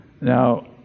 Now